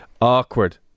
awkward